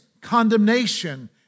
condemnation